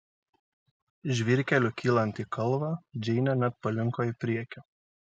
žvyrkeliu kylant į kalvą džeinė net palinko į priekį